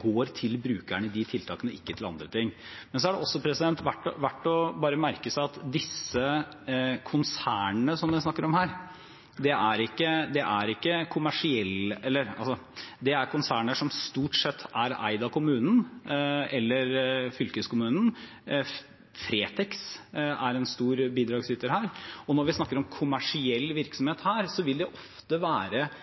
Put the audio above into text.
går til brukerne i de tiltakene og ikke til andre ting. Det er også verdt bare å merke seg at disse konsernene som det snakkes om her, er konserner som stort sett er eid av kommunen eller fylkeskommunen. Fretex er en stor bidragsyter her. Når vi snakker om kommersiell virksomhet her, vil det ofte være